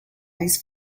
these